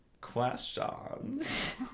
Questions